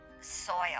soil